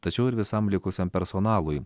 tačiau ir visam likusiam personalui